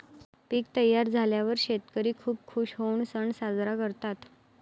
पीक तयार झाल्यावर शेतकरी खूप खूश होऊन सण साजरा करतात